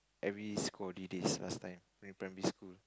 every school holidays last time in primary school